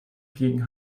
gegen